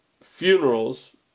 funerals